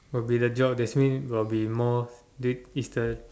will be the job that means will be more the it's the